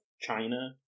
China